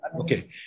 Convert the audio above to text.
Okay